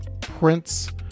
Prince